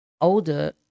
Older